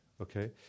okay